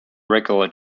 regular